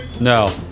No